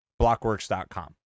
blockworks.com